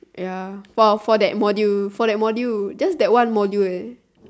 ya for for that module for that module just that one module eh